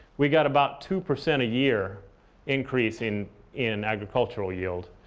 we got about two percent a year increase in in agricultural yield.